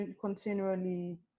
continually